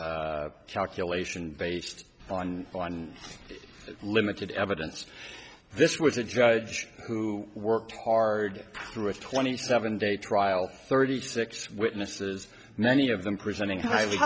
calculation based on limited evidence this was a judge who worked hard through a twenty seven day trial thirty six witnesses many of them presenting